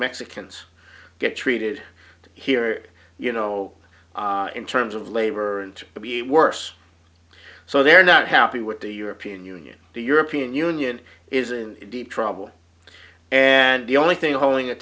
mexicans get treated here you know in terms of labor and to be worse so they're not happy with the european union the european union is in deep trouble and the only thing holding it